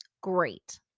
Great